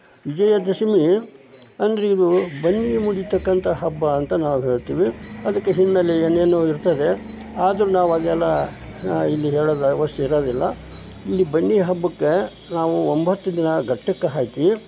ವಿಜಯದಶಮಿ ಅಂದರೆ ಇದು ಬನ್ನಿ ಮುಡಿತಕ್ಕಂಥ ಹಬ್ಬ ಅಂತ ನಾವು ಹೇಳ್ತೀವಿ ಅದಕ್ಕೆ ಹಿನ್ನಲೆ ಏನೇನೋ ಇರ್ತದೆ ಆದರೂ ನಾವು ಅಲ್ಲೆಲ್ಲ ಇಲ್ಲಿ ಹೇಳಲು ಅವಶ್ಯಕ ಇರೋದಿಲ್ಲ ಇಲ್ಲಿ ಬನ್ನಿ ಹಬ್ಬಕ್ಕೆ ನಾವು ಒಂಬತ್ತು ದಿನ ಘಟ್ಟಕ್ಕೆ ಹತ್ತಿ